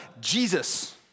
Jesus